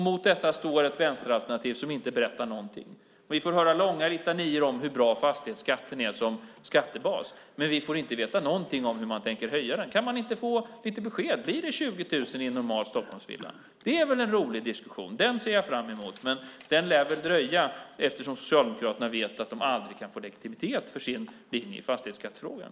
Mot detta står ett vänsteralternativ som inte berättar någonting. Vi får höra långa litanior om hur bra fastighetsskatten är som skattebas, men vi får inte veta någonting om hur man tänker höja den. Kan man inte få lite besked? Blir det 20 000 kronors höjning för en normal Stockholmsvilla? Det är väl en rolig diskussion, och den ser jag fram emot, men den lär väl dröja eftersom Socialdemokraterna vet att de aldrig kan få legitimitet för sin linje i fastighetsskattefrågan.